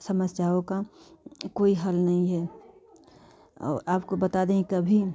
समस्याओं का कोई हल नहीं है और आपको बता दें कभी